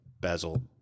bezel